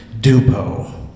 DuPo